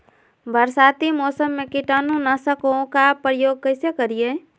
बरसाती मौसम में कीटाणु नाशक ओं का प्रयोग कैसे करिये?